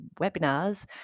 webinars